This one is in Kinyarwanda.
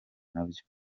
nabyo